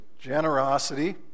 generosity